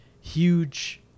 huge